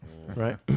Right